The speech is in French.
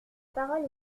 parole